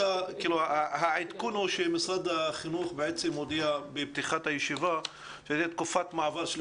העדכון הוא שמשרד החינוך הודיע בפתיחת הישיבה שתהיה תקופת מעבר של